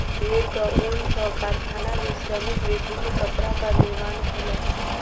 भेड़क ऊन सॅ कारखाना में श्रमिक विभिन्न कपड़ाक निर्माण कयलक